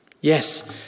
Yes